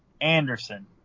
Anderson